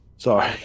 Sorry